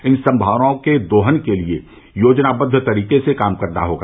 इन संभावनाओं के दोहन के लिए योजनाबद्द तरीके से काम करना होगा